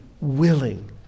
willing